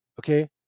Okay